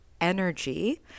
energy